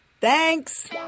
Thanks